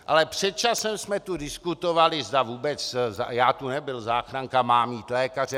Ale před časem jsme tu diskutovali, zda vůbec, já tu nebyl, záchranka má mít lékaře.